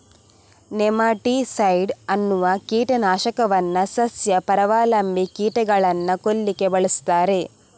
nematicide ಅನ್ನುವ ಕೀಟ ನಾಶಕವನ್ನ ಸಸ್ಯ ಪರಾವಲಂಬಿ ಕೀಟಗಳನ್ನ ಕೊಲ್ಲಿಕ್ಕೆ ಬಳಸ್ತಾರೆ